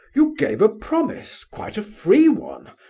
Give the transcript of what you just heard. you gave a promise, quite a free one,